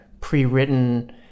pre-written